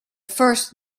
first